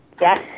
yes